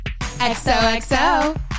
XOXO